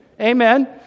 Amen